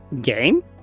game